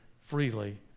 freely